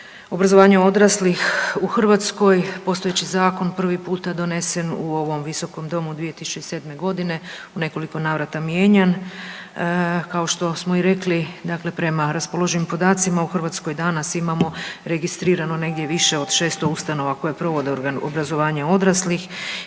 obrazovanje odraslih u Hrvatskoj postojeći zakon prvi puta donesen u ovom Visokom domu 2007.g. u nekoliko navrata mijenjan. Dakle, kao što smo rekli prema raspoloživim podacima u Hrvatskoj danas imamo registrirano negdje više od 600 ustanova koje provode obrazovanje odraslih